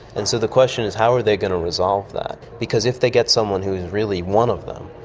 and so the question is how are they going to resolve that? because if they get someone who is really one of them,